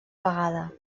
vegada